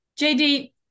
JD